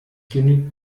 genügt